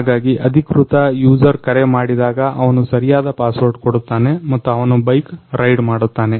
ಹಾಗಾಗಿ ಅಧಿಕೃತ ಯುಜರ್ ಕರೆ ಮಾಡಿದಾಗ ಅವನು ಸರಿಯಾದ ಪಾಸ್ವರ್ಡ್ ಕೊಡುತ್ತಾನೆ ಮತ್ತು ಅವನು ಬೈಕ್ ರೈಡ್ ಮಾಡುತ್ತಾನೆ